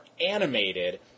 animated